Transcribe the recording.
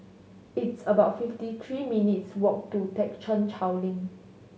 it's about fifty three minutes' walk to Thekchen Choling